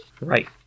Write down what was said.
Right